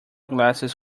glasses